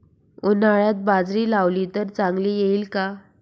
उन्हाळ्यात बाजरी लावली तर चांगली येईल का?